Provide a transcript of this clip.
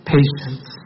Patience